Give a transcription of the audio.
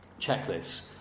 checklists